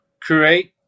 create